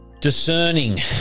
discerning